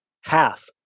half